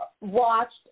watched